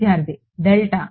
విద్యార్థి డెల్టా